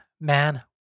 man